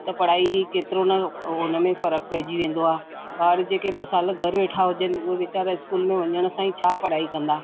त पढ़ाई केतिरो न उहो हुन में फ़र्क़ु पंहिंजी वेंदो आहे ॿार जेके ॿ साल घरु वेठा हुजनि उहे वीचारा इस्कूल में वञण सां ई छा पढ़ाई कंदा